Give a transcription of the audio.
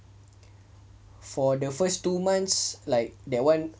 for the first two months like that one